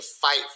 fight